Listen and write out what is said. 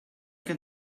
can